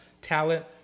talent